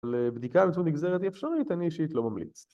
לבדיקה על יצור נגזרת אי אפשרית, אני אישית לא ממליץ